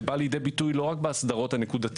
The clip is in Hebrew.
זה בא לידי ביטוי לא רק באסדרות הנקודתיות